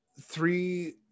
three